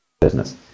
business